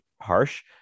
harsh